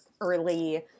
early